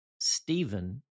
Stephen